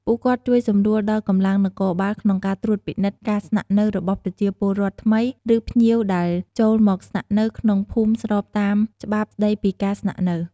ពួកគាត់ជួយសម្រួលដល់កម្លាំងនគរបាលក្នុងការត្រួតពិនិត្យការស្នាក់នៅរបស់ប្រជាពលរដ្ឋថ្មី ឬភ្ញៀវដែលចូលមកស្នាក់នៅក្នុងភូមិស្របតាមច្បាប់ស្ដីពីការស្នាក់នៅ។